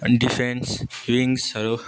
अनि डिफेन्स रिङ्सहरू